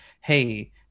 hey